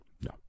no